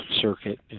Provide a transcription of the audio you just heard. circuit